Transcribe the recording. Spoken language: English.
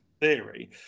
theory